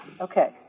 Okay